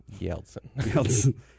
Yeltsin